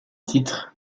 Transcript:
titres